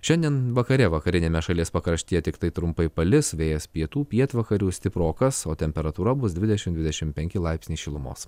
šiandien vakare vakariniame šalies pakraštyje tiktai trumpai palis vėjas pietų pietvakarių stiprokas o temperatūra bus dvidešim dvidešim penki laipsniai šilumos